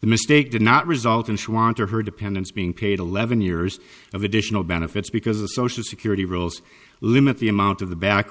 the mistake did not result in she wanted her dependents being paid eleven years of additional benefits because the social security rules limit the amount of the back